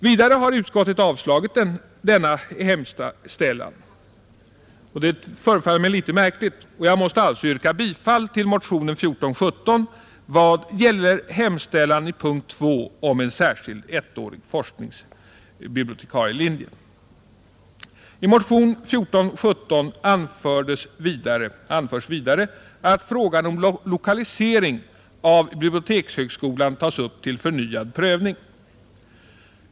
Vidare har utskottet avstyrkt denna hemställan, och det förefaller mig en aning "märkligt. Jag måste alltså yrka bifall till motionen 1417 vad gäller hemställan i punkten 2 om en särskild ettårig forskningsbibliotekarielinje. I motionen 1417 anförs vidare att frågan om lokalisering av bibliotekshögskolan bör tas upp till förnyad prövning.